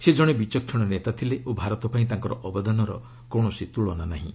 ସେ ଜଣେ ବିଚକ୍ଷଣ ନେତା ଥିଲେ ଓ ଭାରତ ପାଇଁ ତାଙ୍କର ଅବଦାନର କୌଣସି ତ୍କୁଳନା ନାହିଁ